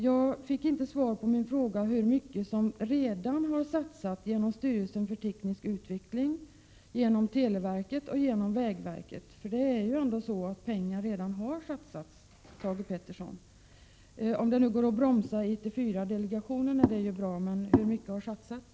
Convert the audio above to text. Jag fick inte svar på min fråga om hur mycket som redan har satsats genom styrelsen för teknisk utveckling, genom televerket och genom vägverket. Faktum är ju att pengar redan har satsats, Thage G Peterson. Om det nu går att bromsa IT 4-delegationen är det bra, men hur mycket pengar har satsats?